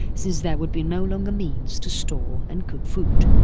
since there would be no longer means to store and cook food,